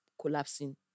collapsing